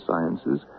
sciences